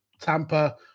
Tampa